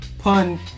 Pun